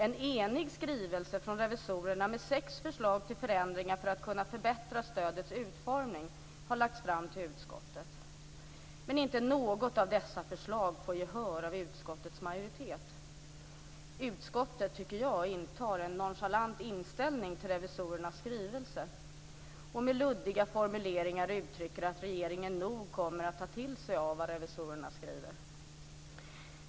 En enig skrivelse från revisorerna med sex förslag till förändringar för att förbättra stödets utformning har lagts fram för utskottet. Men inte något av dessa förslag får gehör av utskottets majoritet. Jag tycker att utskottet intar en nonchalant inställning till revisorernas skrivelse. Med luddiga formuleringar uttrycker man att regeringen nog kommer att ta till sig av det som revisorerna skriver.